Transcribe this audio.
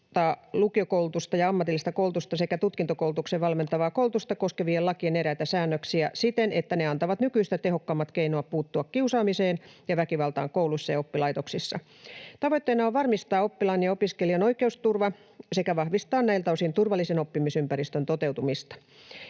lukiokoulutusta ja ammatillista koulutusta sekä tutkintokoulutukseen valmentavaa koulutusta koskevien lakien eräitä säännöksiä siten, että ne antavat nykyistä tehokkaammat keinot puuttua kiusaamiseen ja väkivaltaan kouluissa ja oppilaitoksissa. Tavoitteena on varmistaa oppilaan ja opiskelijan oikeusturva sekä vahvistaa näiltä osin turvallisen oppimisympäristön toteutumista.